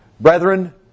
Brethren